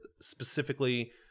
specifically